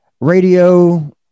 radio